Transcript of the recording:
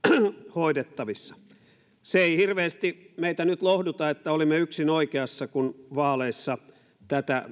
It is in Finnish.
hoidettavissa se ei hirveästi meitä nyt lohduta että olimme yksin oikeassa kun vaaleissa tätä